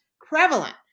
prevalent